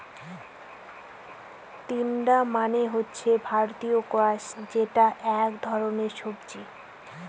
তিনডা মানে হচ্ছে ভারতীয় স্কোয়াশ যেটা এক ধরনের সবজি